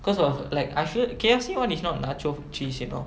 cause of like I feel K_F_C [one] is not nacho cheese you know